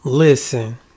Listen